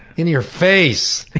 in your face.